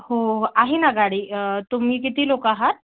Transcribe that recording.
हो आहे ना गाडी तुम्ही किती लोक आहात